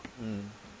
mm